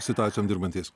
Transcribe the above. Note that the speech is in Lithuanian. situacijom dirbantys